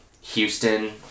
Houston